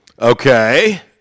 Okay